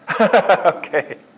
Okay